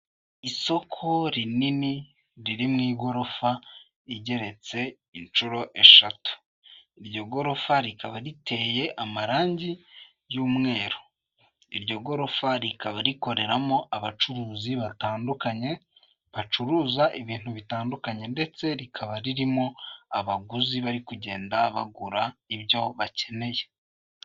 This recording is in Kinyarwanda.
Isoko rinini riri mu igorofa igeretse inshuro eshatu, iryo gorofa rikaba riteye amarangi y'umweru iryo gorofa rikaba rikoreramo abacuruzi batandukanye bacuruza ibintu bitandukanye ndetse rikaba ririmo abaguzi bari kugenda bagura ibyo bakeneye.